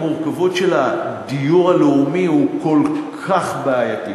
הדיור הלאומי הוא כל כך בעייתי,